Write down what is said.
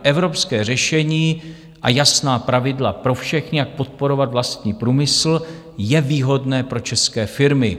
Evropské řešení a jasná pravidla pro všechny, jak podporovat vlastní průmysl, je výhodné pro české firmy.